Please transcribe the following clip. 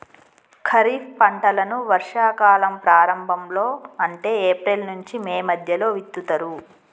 ఖరీఫ్ పంటలను వర్షా కాలం ప్రారంభం లో అంటే ఏప్రిల్ నుంచి మే మధ్యలో విత్తుతరు